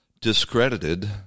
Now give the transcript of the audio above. discredited